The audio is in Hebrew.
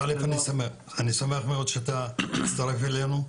אני שמח מאוד שהצטרפת אלינו.